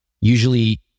Usually